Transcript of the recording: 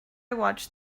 watched